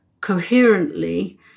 coherently